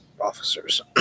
officers